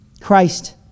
Christ